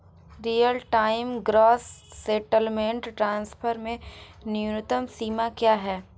Real time gross settlement transfer में न्यूनतम सीमा क्या है?